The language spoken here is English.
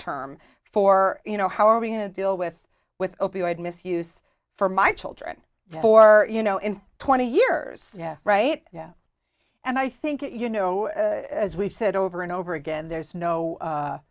term for you know how are we going to deal with with opioid misuse for my children for you know in twenty years right yeah and i think you know as we've said over and over again there's no